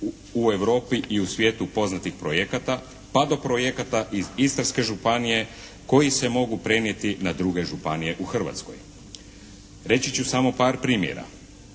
u Europi i u svijetu poznatih projekata pa do projekata iz Istarske županije koji se mogu prenijeti na druge županije u Hrvatskoj. Reći ću samo par primjera.